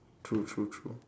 true true true